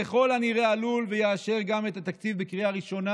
ככל הנראה עלול לאשר ויאשר גם את התקציב בקריאה ראשונה.